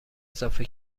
اضافه